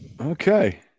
Okay